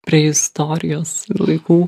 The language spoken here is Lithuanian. prie istorijos laikų